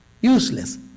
useless